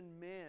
men